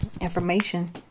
information